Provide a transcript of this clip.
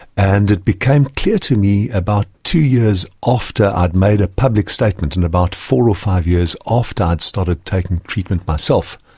and it became clear to me about two years after i'd made a public statement and about four or five years after i'd started taking treatment myself